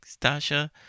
stasha